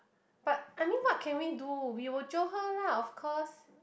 but I meant what can we do we will jio her lah of course